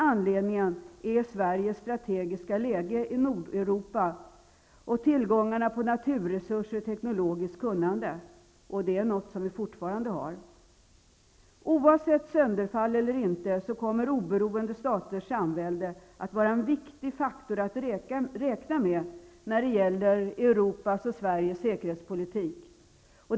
Anledningen är Sveriges strategiska läge i Nordeuropa och tillgångarna på naturresurser och teknologiskt kunnande. Det är något vi fortfarande har. Oavsett sönderfall eller inte kommer Oberoende Staters Samvälde att vara en viktig faktor att räkna med när det gäller Europas och Sveriges säkerhetspolitik.